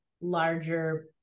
larger